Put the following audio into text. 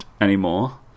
anymore